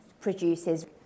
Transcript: produces